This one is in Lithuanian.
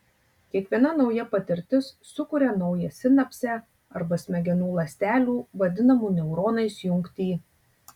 kiekviena nauja patirtis sukuria naują sinapsę arba smegenų ląstelių vadinamų neuronais jungtį